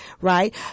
right